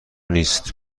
نیست